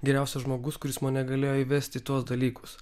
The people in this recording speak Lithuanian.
geriausias žmogus kuris mane galėjo įvesti į tuos dalykus